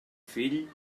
fill